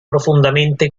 profondamente